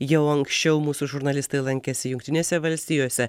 jau anksčiau mūsų žurnalistai lankėsi jungtinėse valstijose